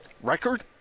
record